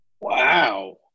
Wow